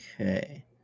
Okay